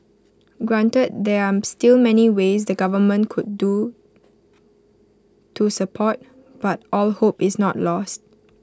granted there are still many ways the government could do to support but all hope is not lost